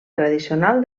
tradicional